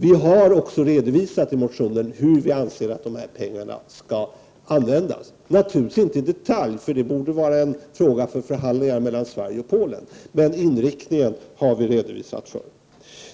Vi har också i motionen redovisat hur vi anser att pengarna skall användas — naturligtvis inte i detalj, för det borde vara en fråga som är föremål för förhandlingar mellan Sverige och Polen, men inriktningen har vi redogjort